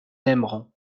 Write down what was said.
aimerons